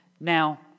Now